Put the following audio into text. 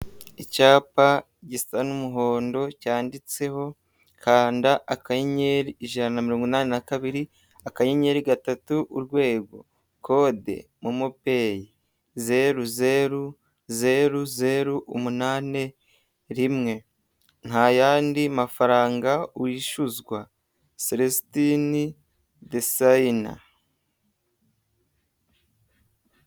Icyapa gisa n'umuhondo cyanditseho kanda *182*3# code MoMo peyi 000081 ntayandi mafaranga wishyuzwa celesitini desayina.